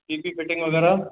seat जी fitting वग़ैरह